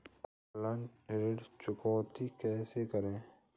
Online ऋण चुकौती कैसे करें?